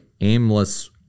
aimless